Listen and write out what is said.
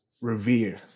revere